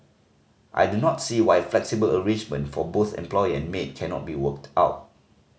I do not see why a flexible arrangement for both employer and maid cannot be worked out